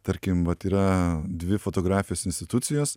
tarkim vat yra dvi fotografijos institucijos